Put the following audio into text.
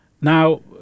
Now